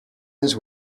his